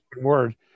word